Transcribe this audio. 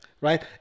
right